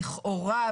לכאורה,